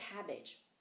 cabbage